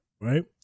right